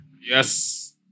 Yes